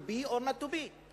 to be or not to be.